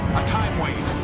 a time wave.